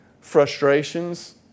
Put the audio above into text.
frustrations